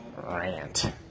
rant